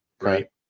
Right